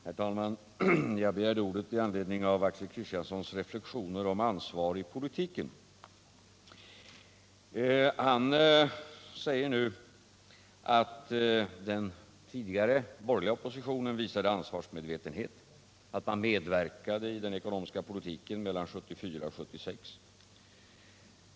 Herr talman! Jag begärde ordet i anledning av Axel Kristianssons reflexioner om ansvar i politiken. Han säger att den tidigare borgerliga oppositionen visade ansvarsmedvetenhet och medverkade i den ekonomiska politiken mellan 1974 och 1976.